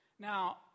Now